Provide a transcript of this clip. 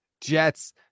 Jets